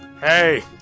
hey